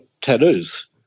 tattoos